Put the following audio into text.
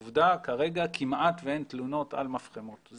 עובדה, כרגע כמעט ואין תלונות על מפחמות.